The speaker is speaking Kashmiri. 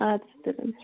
آدٕ سا تُلِو